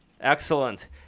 excellent